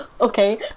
okay